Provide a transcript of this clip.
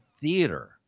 theater